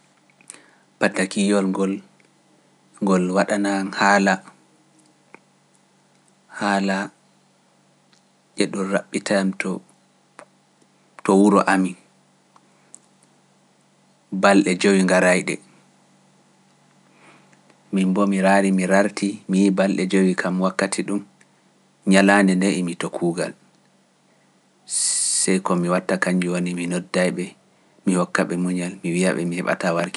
Bataki yool gol ngol waɗana haala e ɗon raɓɓita am to wuro amin balɗe jowi garayɗe, min bo ko mi raari sei mi yi emi to kuugal nder balde den, sai ko ndaarumi sai mi yi dun wattako.